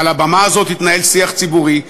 ועל הבמה הזו התנהל שיח ציבורי,